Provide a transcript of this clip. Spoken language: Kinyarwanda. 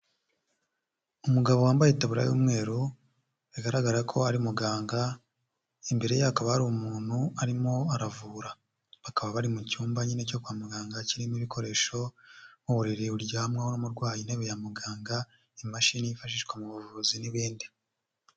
Umugabo wambaye itaburiya y'umweru bigaragara ko ari muganga imbere ye hakaba ahri umuntu arimo aravura. Bakaba bari mu cyumba nyine cyo kwa muganga kirimo ibikoresho nk'uburiri buryamwaho n'umurwayi, intebe ya muganga, imashini yifashishwa mu buvuzi n'ibindi.